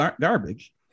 garbage